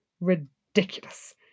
ridiculous